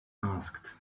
asked